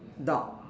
dog